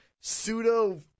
pseudo